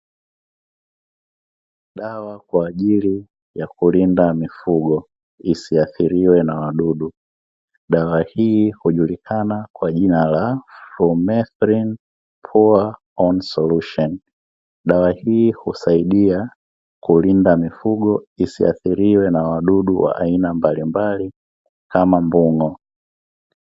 Dawa kwa ajili ya kulinda mifugo isiathiriwe na wadudu. Dawa hii hujulikana kwa jina la "FLUMETHRIN POUR-ON SOLUTION". Dawa hii husaidia kulinda mifugo isiathiriwe na wadudu wa aina mbalimbali kama mbu'ngo.